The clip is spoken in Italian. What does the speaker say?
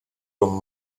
con